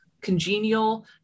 congenial